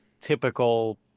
typical